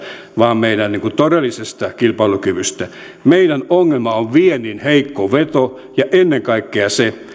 vaan meidän todellisesta kilpailukyvystä meidän ongelma on viennin heikko veto ja ennen kaikkea se